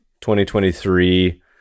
2023